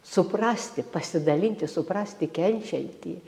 suprasti pasidalinti suprasti kenčiantį